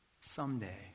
someday